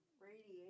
radiation